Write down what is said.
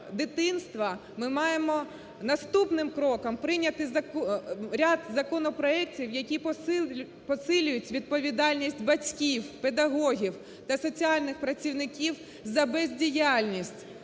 ми маємо наступним кроком прийняти ряд законопроектів, які посилюють відповідальність батьків, педагогів та соціальних працівників за бездіяльність